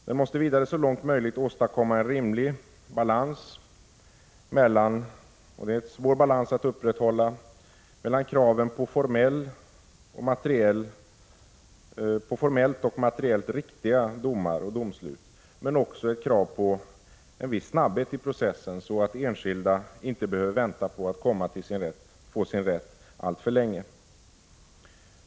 Den måste vidare så långt möjligt åstadkomma en rimlig balans — det är en svår balans att upprätthålla — mellan kraven på formellt och materiellt riktiga domar och domslut men också en viss snabbhet i processen, så att enskilda inte behöver vänta alltför länge på att få sin rätt.